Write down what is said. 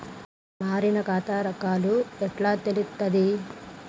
మారిన ఖాతా రకాలు ఎట్లా తెలుత్తది?